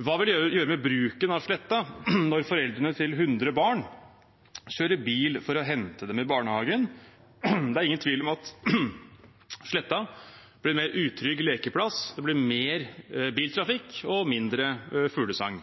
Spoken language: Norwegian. Hva vil det gjøre med bruken av sletta når foreldrene til 100 barn kjører bil for å hente dem i barnehagen? Det er ingen tvil om at sletta blir en mer utrygg lekeplass, det blir mer biltrafikk og mindre fuglesang.